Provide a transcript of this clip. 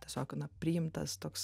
tiesiog na priimtas toks